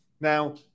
Now